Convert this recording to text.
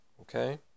Okay